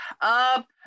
up